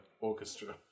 Orchestra